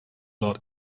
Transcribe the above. lot